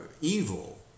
evil